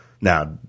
Now